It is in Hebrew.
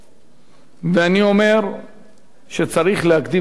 ואני אומר שצריך להקדים את התרופה למכה.